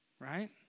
right